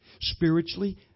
Spiritually